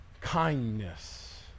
Kindness